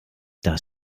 das